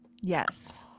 Yes